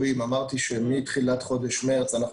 אתה רוצה שהוא יזכור את זה בעל פה?